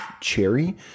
cherry